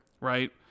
Right